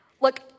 Look